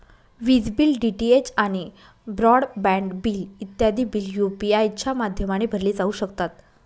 विज bill, DTH आणि broadband bill इत्यादी बिल यू.पी.आय च्या माध्यमाने भरले जाऊ शकतात